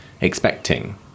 expecting